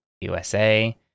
USA